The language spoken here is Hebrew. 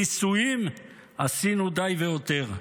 ניסויים עשינו די והותר.